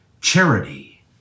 charity